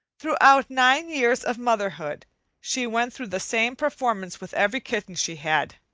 throughout nine years of motherhood she went through the same performance with every kitten she had.